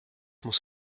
muss